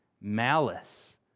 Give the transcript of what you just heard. malice